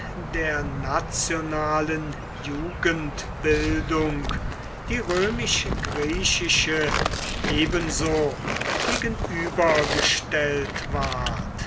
der nationalen jugendbildung die römisch griechische ebenso gegenübergestellt ward